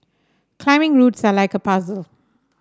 climbing routes are like a puzzle